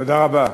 תודה רבה.